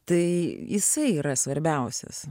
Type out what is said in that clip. tai jisai yra svarbiausias